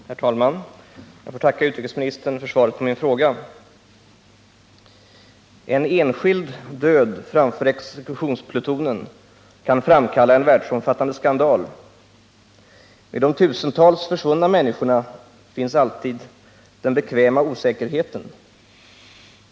Herr talman! Jag får tacka utrikesministern för svaret på min fråga. ”En enskild död framför exekutionsplutonen kan framkalla en världsomfattande skandal. Men med de tusentals försvunna människorna finns alltid den bekväma osäkerheten.